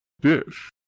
Dish